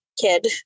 kid